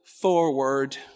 forward